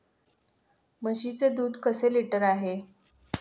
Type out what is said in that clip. म्हशीचे दूध कसे लिटर आहे?